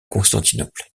constantinople